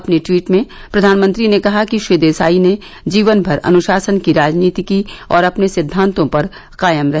अपने ट्वीट में प्रधानमंत्री ने कहा कि श्री देसाई ने जीवनभर अनुशासन की राजनीति की और अपने सिद्धांतों पर कायम रहे